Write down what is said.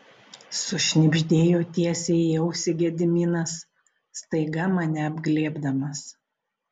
sušnibždėjo tiesiai į ausį gediminas staiga mane apglėbdamas